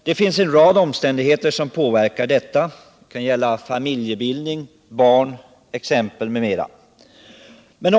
Det finns en rad omständigheter som påverkar detta, t.ex. familjebildning och barn.